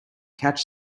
catch